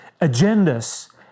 agendas